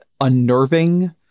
unnerving